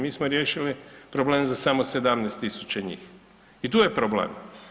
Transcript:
Mi smo riješili problem za samo 17 000 njih i tu je problem.